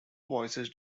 voices